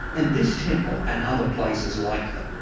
and this temple and other places like them,